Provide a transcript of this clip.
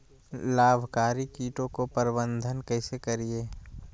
लाभकारी कीटों के प्रबंधन कैसे करीये?